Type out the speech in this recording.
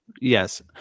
Yes